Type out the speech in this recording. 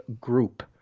Group